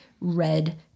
red